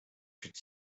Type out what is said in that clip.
should